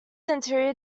interior